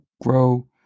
grow